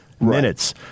minutes